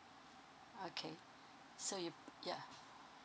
okay so you yeah